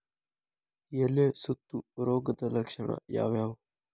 ಎಲೆ ಸುತ್ತು ರೋಗದ ಲಕ್ಷಣ ಯಾವ್ಯಾವ್?